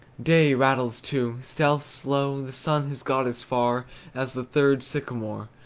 day rattles, too, stealth's slow the sun has got as far as the third sycamore.